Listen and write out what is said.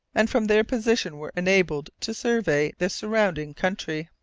and from their position were enabled to survey the surrounding country.